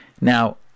Now